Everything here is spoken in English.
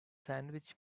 sandwich